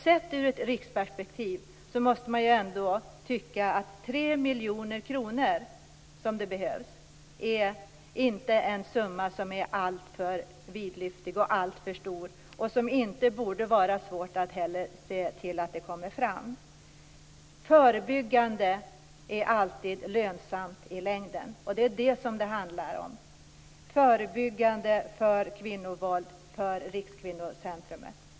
Sett ur ett riksperspektiv måste 3 miljoner kronor inte anses vara alltför vidlyftigt. Det borde inte vara svårt att få fram den summan. Förebyggande arbete är alltid i längden lönsamt. Det handlar om förebyggande arbete mot kvinnovåld och för Rikskvinnocentrum.